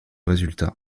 résultat